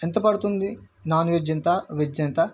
ఎంత పడుతుంది non veg ఎంత వెజ్ ఎంత